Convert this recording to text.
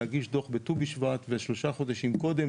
להגיש דוח בט"ו בשבט, זה שלושה חודשים קודם.